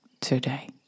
today